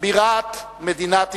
בירת מדינת ישראל.